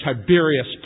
Tiberius